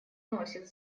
носит